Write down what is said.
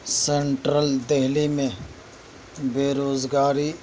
central Delhi میں بے روزگاری